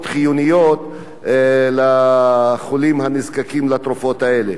חיוניות לחולים הנזקקים לתרופות האלה.